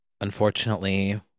unfortunately